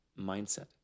mindset